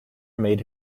made